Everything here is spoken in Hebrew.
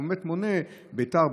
והוא באמת מונה: ביתר,